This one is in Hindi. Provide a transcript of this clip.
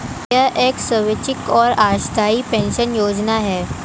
यह एक स्वैच्छिक और अंशदायी पेंशन योजना है